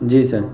جی سر